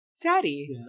Daddy